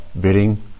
bidding